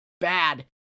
bad